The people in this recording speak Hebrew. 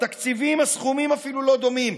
בתקציבים הסכומים אפילו לא דומים.